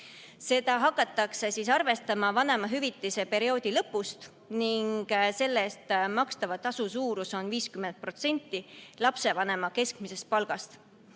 Seda hakatakse arvestama vanemahüvitise perioodi lõpust ning selle eest makstava tasu suurus on 50% lapsevanema keskmisest palgast.